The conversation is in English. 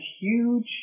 huge